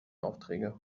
aufträge